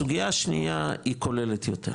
הסוגייה השנייה היא כוללת יותר.